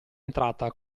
entrata